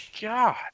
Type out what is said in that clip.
god